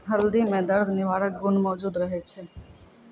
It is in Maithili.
हल्दी म दर्द निवारक गुण मौजूद रहै छै